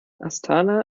astana